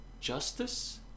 justice